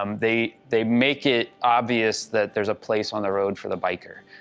um, they they make it obvious that there's a place on the road for the biker.